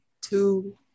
two